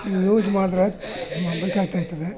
use ಮಾಡಿದರೆ ನಮಗೆ ಕೆಟ್ದಾಗ್ತದೆ